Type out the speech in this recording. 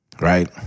right